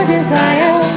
Desire